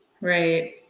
Right